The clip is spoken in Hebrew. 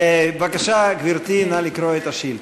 בבקשה, גברתי, נא לקרוא את השאילתה.